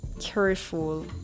careful